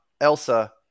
Elsa